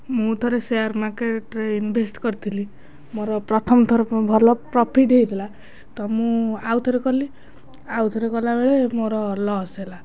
ମୁଁ ଥରେ ସେୟାର୍ ମାର୍କେଟ୍ରେ ଇନ୍ଭେଷ୍ଟ୍ କରିଥିଲି ମୋର ପ୍ରଥମ ଥର ଭଲ ପ୍ରଫିଟ୍ ହୋଇଥିଲା ତ ମୁଁ ଆଉ ଥରେ କଲି ଆଉ ଥରେ କଲାବେଳେ ମୋର ଲସ୍ ହେଲା